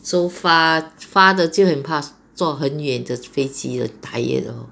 so far far 的就很怕坐很远的飞机很 tired lor